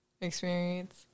experience